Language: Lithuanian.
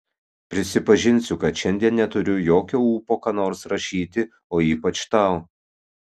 prisipažinsiu kad šiandien neturiu jokio ūpo ką nors rašyti o ypač tau